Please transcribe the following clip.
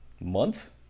months